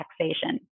taxation